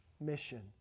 mission